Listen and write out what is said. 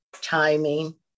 timing